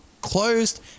closed